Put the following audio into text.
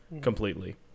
completely